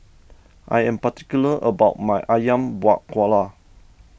I am particular about my Ayam Buah Keluak